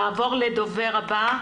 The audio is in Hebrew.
נעבור לדוברת הבאה,